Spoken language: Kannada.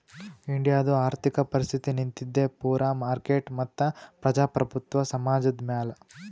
ಇಂಡಿಯಾದು ಆರ್ಥಿಕ ಪರಿಸ್ಥಿತಿ ನಿಂತಿದ್ದೆ ಪೂರಾ ಮಾರ್ಕೆಟ್ ಮತ್ತ ಪ್ರಜಾಪ್ರಭುತ್ವ ಸಮಾಜದ್ ಮ್ಯಾಲ